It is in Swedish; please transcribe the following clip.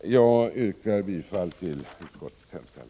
Jag yrkar bifall till utskottets hemställan.